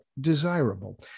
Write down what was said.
desirable